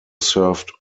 served